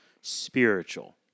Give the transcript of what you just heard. spiritual